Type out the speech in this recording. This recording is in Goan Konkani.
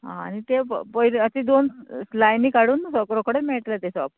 आं आनी तें पयली आतां दोन लायनी काडून सगळो मेळटले तें शॉप